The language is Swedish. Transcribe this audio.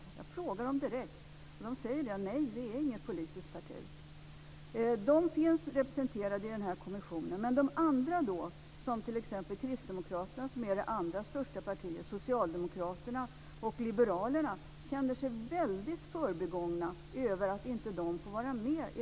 Jag frågade dem direkt, och de säger: nej, det är inget politiskt parti. Men dessa finns representerade i den här kommissionen. De andra, t.ex. kristdemokraterna, som är det andra största partiet, socialdemokraterna och liberalerna känner sig väldigt förbigångna eftersom de inte får vara med.